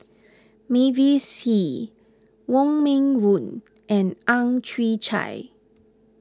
Mavis Hee Wong Meng Voon and Ang Chwee Chai